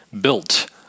built